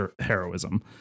heroism